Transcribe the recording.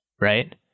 right